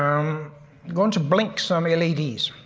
um going to blink some ah leds